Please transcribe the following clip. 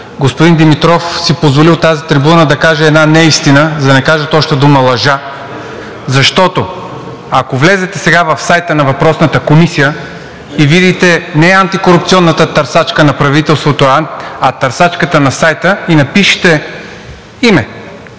Господин Димитров си позволи от тази трибуна да каже една неистина, за да не кажа точната дума – лъжа. Защото, ако влезете сега в сайта на въпросната комисия и видите не антикорупционната търсачка на правителството, а търсачката на сайта и напишете име,